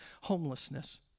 homelessness